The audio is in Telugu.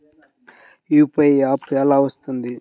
యూ.పీ.ఐ యాప్ ఎలా వస్తుంది?